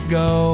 go